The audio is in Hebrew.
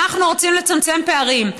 אנחנו רוצים לצמצם פערים.